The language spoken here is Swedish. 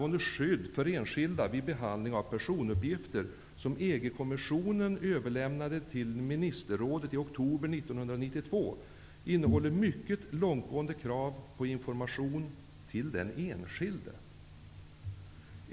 EG-kommissionen överlämnade till ministerrådet i oktober 1992 innehåller mycket långtgående krav på information till den enskilde.